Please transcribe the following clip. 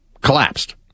collapsed